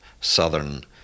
southern